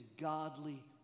godly